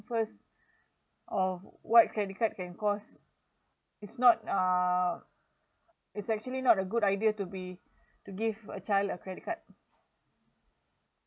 first of what credit card can cost it's not uh it's actually not a good idea to be to give a child a credit card